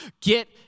get